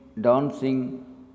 dancing